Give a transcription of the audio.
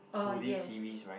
oh yes